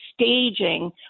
staging